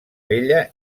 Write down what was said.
vella